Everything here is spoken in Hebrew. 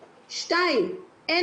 21. אם